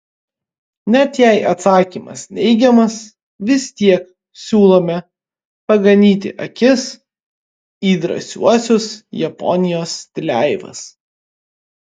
net jei atsakymas neigiamas vis tiek siūlome paganyti akis į drąsiuosius japonijos stileivas